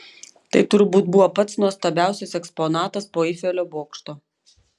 tai turbūt buvo pats nuostabiausias eksponatas po eifelio bokšto